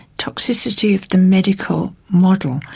toxicity of the medical model,